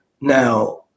Now